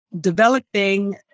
developing